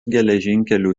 geležinkelių